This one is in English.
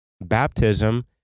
Baptism